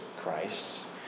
Christ